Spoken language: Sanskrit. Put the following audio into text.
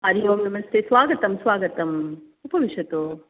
हरिः ओं नमस्ते स्वागतं स्वागतम् उपविशतु